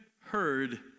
heard